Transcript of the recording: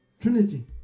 Trinity